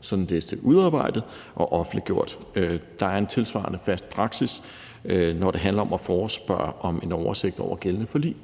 sådan en liste udarbejdet og offentliggjort. Der er en tilsvarende fast praksis, når det handler om at forespørge om en oversigt over gældende forlig.